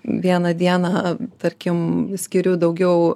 vieną dieną tarkim skiriu daugiau